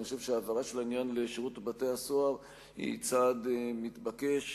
ואני חושב שההעברה של העניין לשירות בתי-הסוהר היא צעד מתבקש,